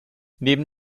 neben